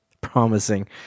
promising